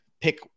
pick